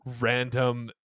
random